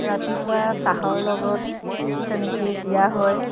ৰাতিপুৱা চাহৰ লগত তেনেকৈয়ে দিয়া হয়